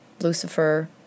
Lucifer